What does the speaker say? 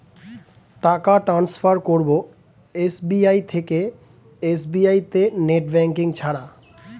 টাকা টান্সফার করব এস.বি.আই থেকে এস.বি.আই তে নেট ব্যাঙ্কিং ছাড়া?